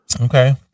Okay